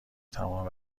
تمام